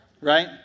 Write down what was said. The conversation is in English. right